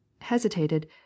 hesitated